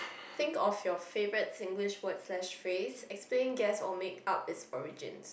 think of your favourite Singlish word slash phrase explain guess or make up its origins